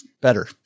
better